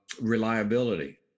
reliability